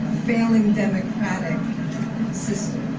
failing democratic system.